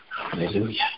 Hallelujah